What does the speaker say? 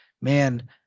man